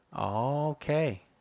Okay